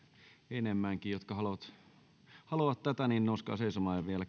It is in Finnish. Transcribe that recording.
enemmänkin te jotka haluatte tätä nouskaa seisomaan vielä